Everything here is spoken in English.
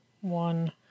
one